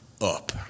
up